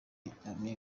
nyampinga